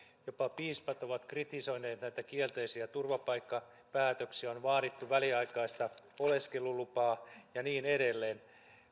jopa piispat ovat kritisoineet näitä kielteisiä turvapaikkapäätöksiä on vaadittu väliaikaista oleskelulupaa ja niin edelleen